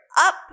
Up